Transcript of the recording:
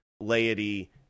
laity